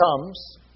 comes